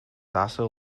also